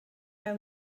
are